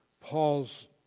Paul's